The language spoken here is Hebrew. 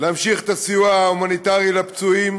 להמשיך את הסיוע ההומניטרי לפצועים